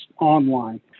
online